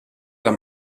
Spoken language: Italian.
alla